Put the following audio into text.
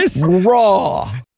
raw